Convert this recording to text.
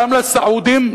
גם לסעודים,